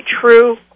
true